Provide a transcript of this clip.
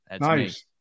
Nice